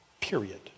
period